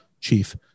chief